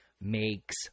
makes